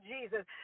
Jesus